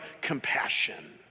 compassion